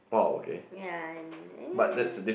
yeah and yeah yeah